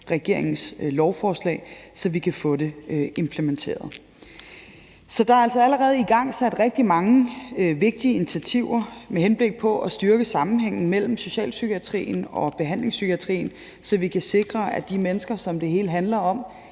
regeringens lovforslag, så vi kan få det implementeret. Så der er altså allerede igangsat rigtig mange vigtige initiativer med henblik på at styrke sammenhængen mellem socialpsykiatrien og behandlingspsykiatrien, så vi kan sikre, at de mennesker, som det hele handler om,